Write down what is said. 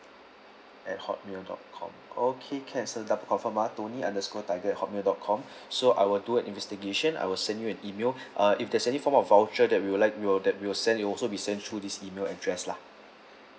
at hotmail dot com okay can sir double confirm ah tony underscore tiger at hotmail dot com so I will do an investigation I will send you an email uh if there is any form of voucher that we will like we will def~ we will send you it also be sent through this email address lah